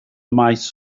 maes